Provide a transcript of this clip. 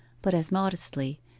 but as modestly,